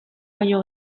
baino